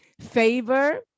favor